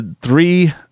three